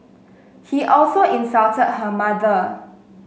he also insulted her mother